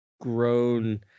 grown